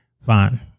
fine